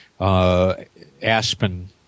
Aspen